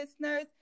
listeners